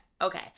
okay